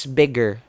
bigger